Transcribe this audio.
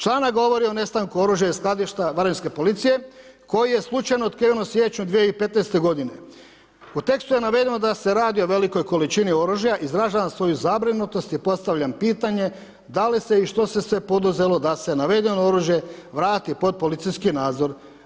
Članak govori o nestanku oružja iz skladišta Varaždinske policije, koji je slučajno otkriven u siječnju 2015. godine, u tekstu je navedeno da se radi o velikoj količini oružja, izražavam svoju zabrinutost i postavljam pitanje, da li se i što se sve poduzelo da se navedeno oružje vrati pod policijski nadzor?